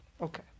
Okay